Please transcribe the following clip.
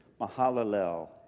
Mahalalel